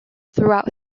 throughout